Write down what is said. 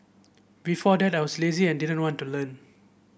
before that I was lazy and didn't want to learn